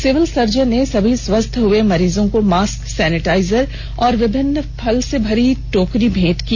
civil surgeon ने सभी स्वस्थ हुए मरीजो को मास्कसैनिटाइजर व विभिन्न फल से भरी टोकरी भेंट की